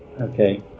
Okay